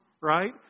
right